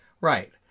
Right